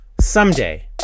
Someday